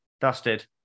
Dusted